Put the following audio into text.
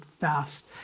fast